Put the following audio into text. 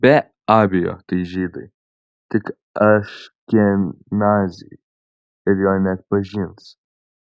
be abejo tai žydai tik aškenaziai ir jo neatpažins